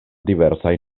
diversaj